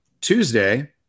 Tuesday